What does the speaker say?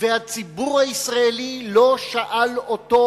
וגם הציבור הישראלי לא שאל אותו: